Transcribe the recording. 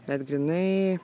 bet grynai